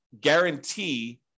guarantee